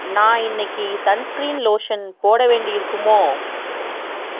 நான் இன்றைக்கு sunscreen lotion போட வேண்டி இருக்குமோ